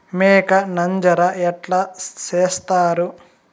మేక నంజర ఎట్లా సేస్తారు?